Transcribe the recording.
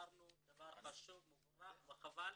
אמרנו דבר חשוב ומבורך וחבל